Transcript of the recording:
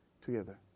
together